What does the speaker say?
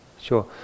sure